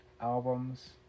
albums